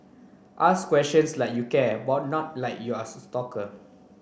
ask questions like you care but not like you're a stalker